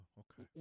okay